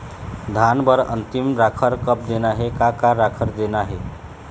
धान बर अन्तिम राखर कब देना हे, का का राखर देना हे?